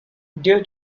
due